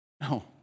No